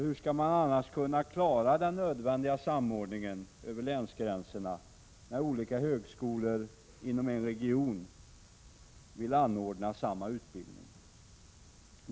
Hur skall man annars kunna klara den nödvändiga samordningen över länsgränserna när olika högskolor inom en region vill anordna samma utbildning?